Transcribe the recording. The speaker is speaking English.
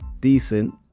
Decent